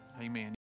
Amen